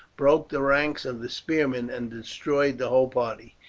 broke the ranks of the spearmen, and destroyed the whole party,